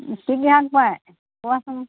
কোৱাচোন